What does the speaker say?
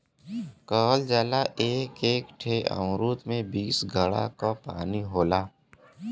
कहल जाला एक एक ठे अमरूद में बीस घड़ा क पानी होला